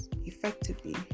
effectively